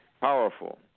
Powerful